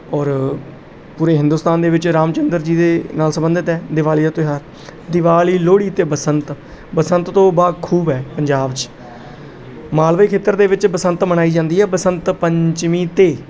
ਔਰ ਪੂਰੇ ਹਿੰਦੁਸਤਾਨ ਦੇ ਵਿੱਚ ਰਾਮ ਚੰਦਰ ਜੀ ਦੇ ਨਾਲ ਸੰਬੰਧਿਤ ਹੈ ਦਿਵਾਲੀ ਦਾ ਤਿਉਹਾਰ ਦਿਵਾਲੀ ਲੋਹੜੀ ਅਤੇ ਬਸੰਤ ਬਸੰਤ ਤੋਂ ਬਾਖੂਬ ਹੈ ਪੰਜਾਬ 'ਚ ਮਾਲਵੇ ਖੇਤਰ ਦੇ ਵਿੱਚ ਬਸੰਤ ਮਨਾਈ ਜਾਂਦੀ ਹੈ ਬਸੰਤ ਪੰਚਮੀ 'ਤੇ